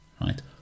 right